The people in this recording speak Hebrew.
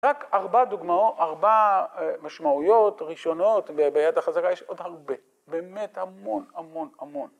רק ארבע דוגמאות, ארבע משמעויות ראשונות וביד החזקה יש עוד הרבה, באמת המון המון המון